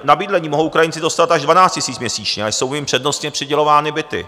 Na bydlení mohou Ukrajinci dostat až 12 000 měsíčně a jsou jim přednostně přidělovány byty.